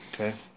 Okay